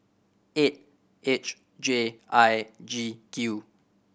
eight H J I G Q